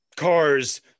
Cars